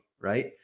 right